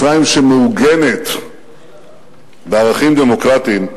מצרים שמעוגנת בערכים דמוקרטיים,